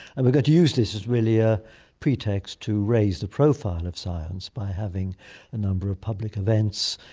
and we're going to use this as really a pretext to raise the profile of science by having a number of public events.